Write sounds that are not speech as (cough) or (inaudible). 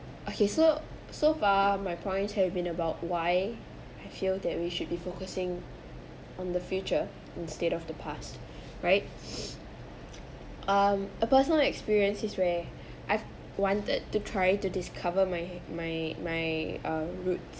okay so so far my points have been about why I feel that we should be focusing on the future instead of the past right (noise) um a personal experiences where I've wanted to try to discover my my my uh roots